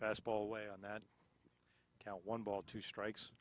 fastball way on that count one ball two strikes